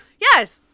Yes